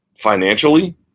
Financially